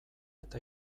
eta